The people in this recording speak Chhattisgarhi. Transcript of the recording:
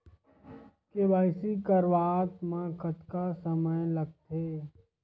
के.वाई.सी करवात म कतका समय लगथे?